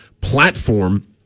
platform